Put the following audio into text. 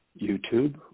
YouTube